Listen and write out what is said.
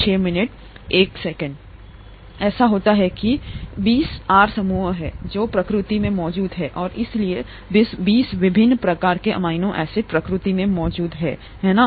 ऐसा होता है कि बीस आर समूह हैं जो प्रकृति में मौजूद हैं और इसलिए 20 विभिन्न प्रकार के अमीनो एसिड प्रकृति में मौजूद हैं है ना